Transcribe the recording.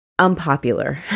unpopular